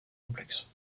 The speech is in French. complexe